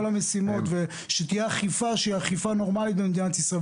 המשימות וגם שתהיה אכיפה נורמלית במדינת ישראל.